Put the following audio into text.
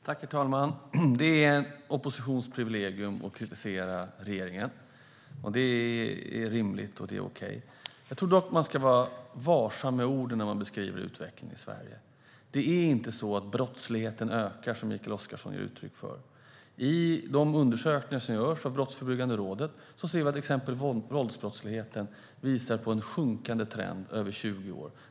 Herr talman! Det är en oppositions privilegium att kritisera regeringen. Det är rimligt, och det är okej. Jag tror dock att man ska vara varsam med orden när man beskriver utvecklingen i Sverige. Det är inte så att brottsligheten ökar, som Mikael Oscarsson ger uttryck för. I undersökningar från Brottsförebyggande rådet ser vi att till exempel våldsbrottsligheten visar på en sjunkande trend över 20 år.